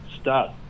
start